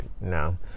No